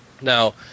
Now